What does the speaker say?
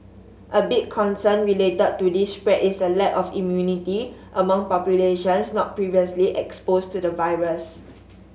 a big concern related to this spread is a lack of immunity among populations not previously exposed to the virus